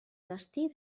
destí